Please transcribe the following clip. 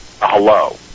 hello